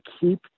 keep